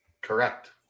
Correct